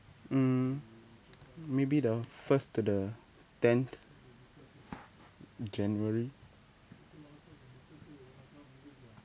um maybe the first to the tenth january